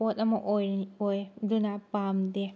ꯄꯣꯠ ꯑꯃ ꯑꯣꯏ ꯑꯗꯨꯅ ꯄꯥꯝꯗꯦ